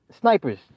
Snipers